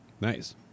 Nice